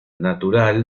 natural